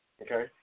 okay